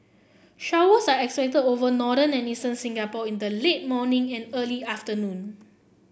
showers are expected over northern and eastern Singapore in the late morning and early afternoon